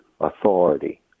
authority